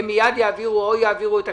הם מיד יעבירו את הכסף,